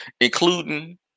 including